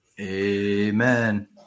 amen